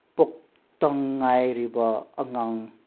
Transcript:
ꯄꯣꯛꯇ ꯉꯥꯏꯔꯤꯕ ꯑꯉꯥꯡ